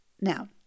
Now